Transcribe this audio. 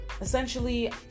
essentially